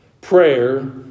prayer